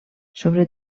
sobre